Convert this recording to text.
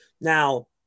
Now